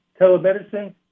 telemedicine